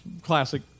Classic